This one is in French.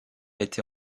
été